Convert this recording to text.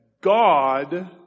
God